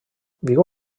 viu